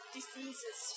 Diseases